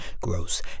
gross